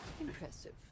Impressive